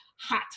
hot